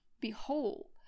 behold